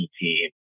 team